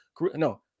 no